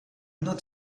not